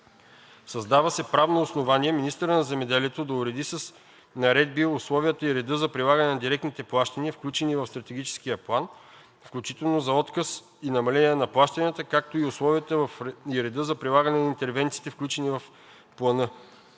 Създава се правно основание министърът на земеделието да уреди с наредби условията и реда за прилагане на директните плащания, включени в Стратегическия план, включително за отказ и намаления на плащанията, както и условията и реда за прилагане на интервенциите, включени в